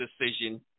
decision